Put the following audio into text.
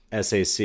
SAC